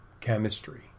chemistry